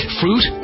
fruit